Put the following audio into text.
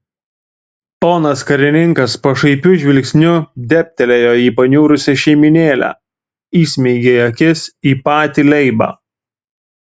ponas karininkas pašaipiu žvilgsniu dėbtelėjo į paniurusią šeimynėlę įsmeigė akis į patį leibą